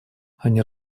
они